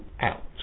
out